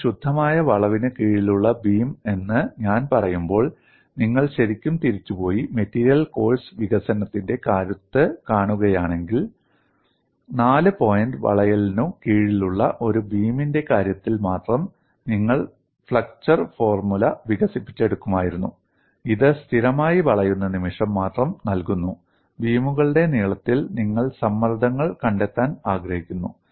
നോക്കൂ ശുദ്ധമായ വളവിന് കീഴിലുള്ള ബീം എന്ന് ഞാൻ പറയുമ്പോൾ നിങ്ങൾ ശരിക്കും തിരിച്ചുപോയി മെറ്റീരിയൽ കോഴ്സ് വികസനത്തിന്റെ കരുത്ത് കാണുകയാണെങ്കിൽ നാല് പോയിന്റ് വളയലിനു കീഴിലുള്ള ഒരു ബീമിന്റെ കാര്യത്തിൽ മാത്രം നിങ്ങൾ ഫ്ലെക്ചർ ഫോർമുല വികസിപ്പിച്ചെടുക്കുമായിരുന്നു ഇത് സ്ഥിരമായി വളയുന്ന നിമിഷം മാത്രം നൽകുന്നു ബീമുകളുടെ നീളത്തിൽ നിങ്ങൾ സമ്മർദ്ദങ്ങൾ കണ്ടെത്താൻ ആഗ്രഹിക്കുന്നു